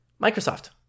Microsoft